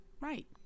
right